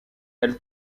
elle